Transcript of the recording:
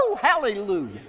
hallelujah